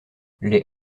les